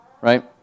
Right